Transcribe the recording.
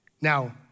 Now